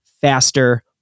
faster